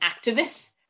activists